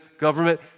government